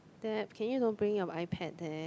Deb can you don't bring your iPad there